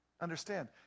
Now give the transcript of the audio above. Understand